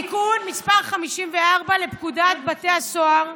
נחקק תיקון מס' 54 לפקודת בתי הסוהר,